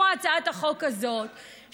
כמו בהצעת החוק הזאת,